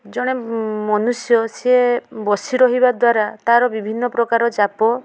ଜଣେ ମନୁଷ୍ୟ ସେ ବସି ରହିବା ଦ୍ଵାରା ତା'ର ବିଭିନ୍ନପ୍ରକାର ଚାପ